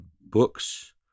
books